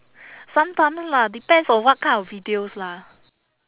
sometimes lah depends on what kind of videos lah